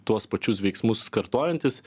tuos pačius veiksmus kartojantis